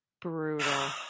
Brutal